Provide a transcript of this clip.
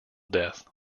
death